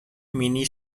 مینی